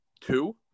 two